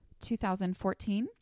2014